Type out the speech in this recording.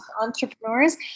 entrepreneurs